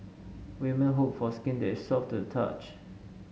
women hope for skin that is soft to the touch